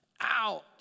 out